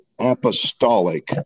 apostolic